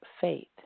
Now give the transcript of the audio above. faith